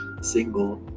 single